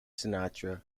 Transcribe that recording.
sinatra